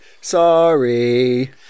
sorry